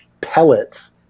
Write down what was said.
pellets